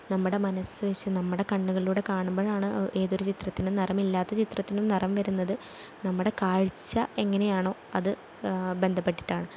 നമ്മുടെ മനസ്സ് വച്ച് നമ്മുടെ കണ്ണുകളിലൂടെ കാണുമ്പോഴാണ് ഏതൊരു ചിത്രത്തിനും നിറമില്ലാത്ത ചിത്രത്തിനും നിറം വരുന്നത് നമ്മുടെ കാഴ്ച എങ്ങനെയാണോ അത് ബന്ധപ്പെട്ടിട്ടാണ്